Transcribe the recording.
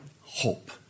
Hope